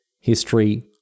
history